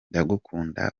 ndagukunda